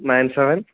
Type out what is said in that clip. nine seven